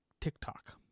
TikTok